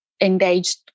engaged